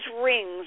rings